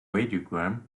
radiogram